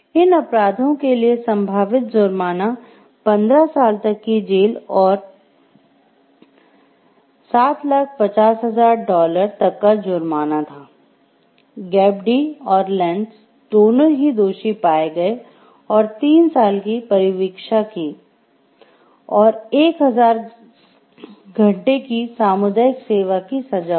इन अपराधों के लिए संभावित जुर्माना 15 साल तक की जेल और डॉलर 750000 तक का जुर्माना था गेप डी दोनों ही दोषी पाए गए और 3 साल की परिवीक्षा की और 1000 घंटे की सामुदायिक सेवा की सजा हुई